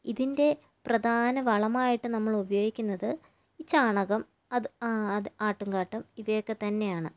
ഇതിൻ്റെ പ്രധാന വളമായിട്ട് നമ്മളുപയോഗിക്കുന്നത് ഈ ചാണകം അത് ആ അത് ആട്ടിൻ കാട്ടം ഇവയൊക്കെത്തന്നെയാണ്